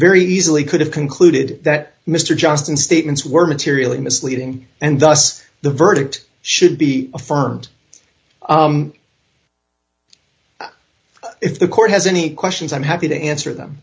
very easily could have concluded that mr johnston statements were materially misleading and thus the verdict should be affirmed if the court has any questions i'm happy to answer them